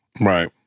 Right